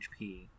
HP